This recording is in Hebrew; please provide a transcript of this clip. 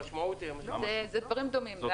זה דברים דומים.